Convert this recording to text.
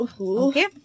Okay